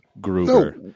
Gruber